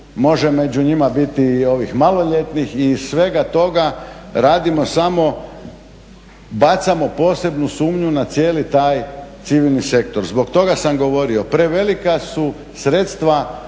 može među njima biti i ovih maloljetnih i iz svega toga radimo samo, bacamo posebnu sumnju na cijeli taj civilni sektor. Zbog toga sam govorio, prevelika sredstva